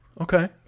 Okay